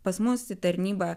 pas mus į tarnybą